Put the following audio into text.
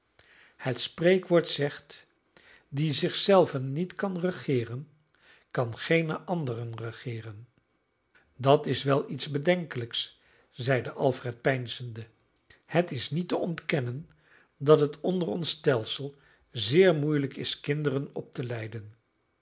het spreekwoord zegt die zich zelven niet kan regeeren kan geene anderen regeeren dat is wel iets bedenkelijks zeide alfred peinzende het is niet te ontkennen dat het onder ons stelsel zeer moeielijk is kinderen op te leiden